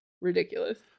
ridiculous